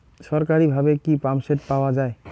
সরকারিভাবে কি পাম্পসেট পাওয়া যায়?